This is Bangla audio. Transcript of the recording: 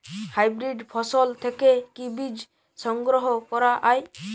হাইব্রিড ফসল থেকে কি বীজ সংগ্রহ করা য়ায়?